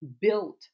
built